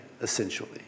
essentially